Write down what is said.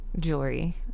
jewelry